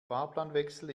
fahrplanwechsel